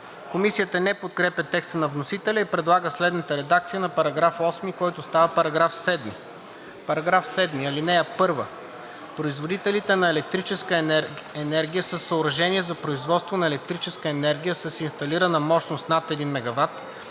Комисията не подкрепя текста на вносителя и предлага следната редакция на § 8, който става § 7: „§ 7. (1) Производителите на електрическа енергия със съоръжения за производство на електрическа енергия с инсталирана мощност над 1 MW,